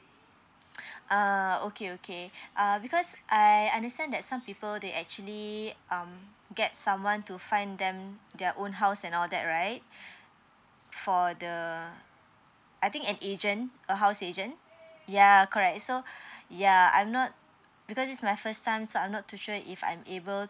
uh okay okay uh because I understand that some people they actually um get someone to find them their own house and all that right for the I think an agent a house agent ya correct so ya I'm not because this is my first time so I'm not too sure if I'm able